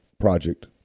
project